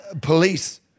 police